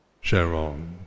Sharon